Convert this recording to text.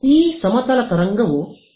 ಈ ಸಮತಲ ತರಂಗವು ಎಲ್ಲದರ ಮೇಲೆ ಸರಿಯಾಗಿ ಬೀಳುತ್ತಿದೆ